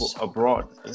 abroad